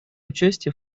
участие